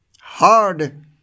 hard